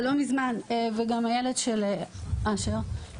וגם הילד של אשר.